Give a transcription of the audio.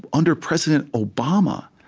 under president obama,